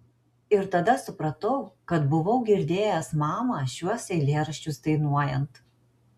ir tada supratau kad buvau girdėjęs mamą šiuos eilėraščius dainuojant